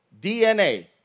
dna